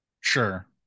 Sure